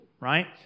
right